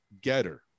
getter